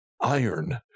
iron